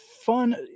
fun